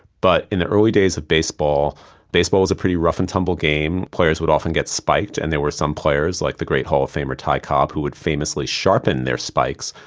but in the early days of baseball baseball was a pretty rough and tumble game, players would often get spiked and there were some players, like the great hall of famer ty cobb, who would famously sharpen their spikes,